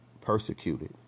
persecuted